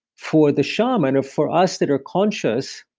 for the shaman, or for us that are conscious.